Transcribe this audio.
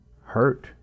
hurt